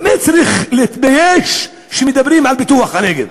באמת צריך להתבייש שמדברים על פיתוח הנגב.